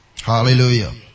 Hallelujah